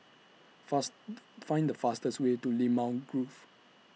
fast Find The fastest Way to Limau Grove